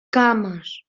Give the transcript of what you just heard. cames